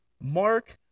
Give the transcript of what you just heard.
Mark